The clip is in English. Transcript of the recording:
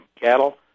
cattle